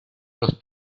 los